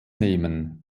nehmen